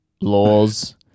Laws